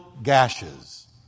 gashes